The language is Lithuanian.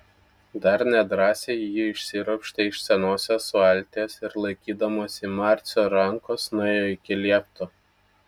dar nedrąsiai ji išsiropštė iš senosios valties ir laikydamasi marcio rankos nuėjo iki liepto